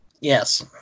yes